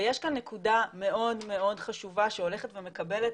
ויש כאן נקודה מאוד מאוד חשובה שהולכת ומקבלת